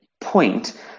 point